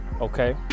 okay